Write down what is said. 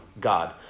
God